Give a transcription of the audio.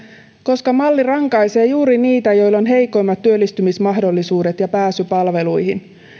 koska malli rankaisee juuri niitä joilla on heikoimmat työllistymismahdollisuudet ja pääsy palveluihin